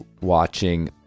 watching